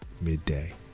midday